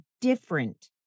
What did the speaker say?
different